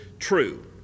True